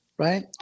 Right